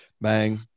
Bang